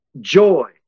joy